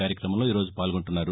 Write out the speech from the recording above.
కార్యక్రమంలో ఈరోజు పాల్గొంటున్నారు